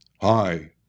Hi